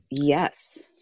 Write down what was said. Yes